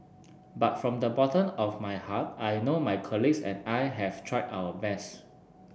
but from the bottom of my heart I know my colleagues and I have tried our best